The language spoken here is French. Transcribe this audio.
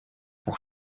pour